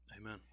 Amen